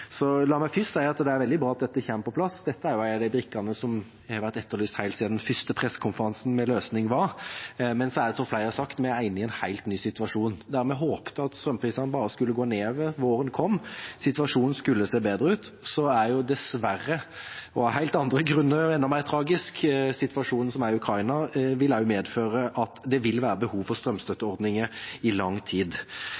La meg først si at det er veldig bra at dette kommer på plass. Dette er en av brikkene som har vært etterlyst helt siden den første pressekonferansen om løsningen. Men som flere har sagt, er vi inne i en helt ny situasjon. Vi håpet at strømprisene skulle gå nedover bare våren kom, at situasjonen skulle se bedre ut, men dessverre – og av helt andre grunner enda mer tragisk – vil situasjonen i Ukraina også medføre at det vil være behov for